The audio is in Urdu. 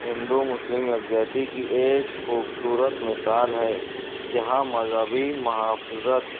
ہندو مسلم یکجہتی کی ایک خوبصورت مثال ہے جہاں مذہبی محافظت